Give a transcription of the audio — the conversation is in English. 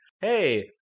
hey